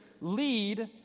lead